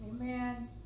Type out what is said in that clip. Amen